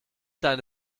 deine